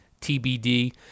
TBD